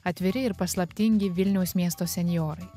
atviri ir paslaptingi vilniaus miesto senjorai